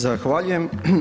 Zahvaljujem.